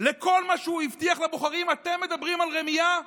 לכל מה שהוא הבטיח לבוחרים, אתם מדברים על רמייה?